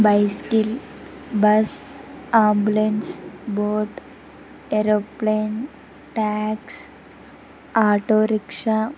bicycle bus ambulance boat aeroplane taxi autorickshaw